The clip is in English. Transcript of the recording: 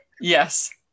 Yes